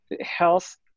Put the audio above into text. health